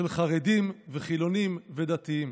של חרדים וחילונים ודתיים.